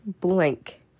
blank